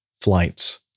flights